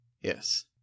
Yes